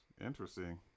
interesting